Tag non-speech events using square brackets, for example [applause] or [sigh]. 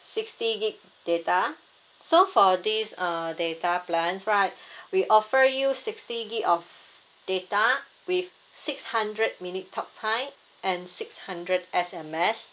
sixty gig data so for this uh data plans right [breath] we offer you sixty gig of data with six hundred minute talk time and six hundred S_M_S